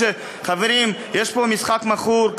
חברים, יש פה משחק מכור.